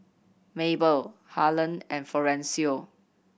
Mabel Harland and Florencio